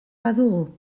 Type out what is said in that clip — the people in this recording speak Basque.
badugu